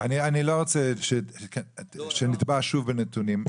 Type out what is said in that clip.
אני לא רוצה שנטבע שוב בנתונים,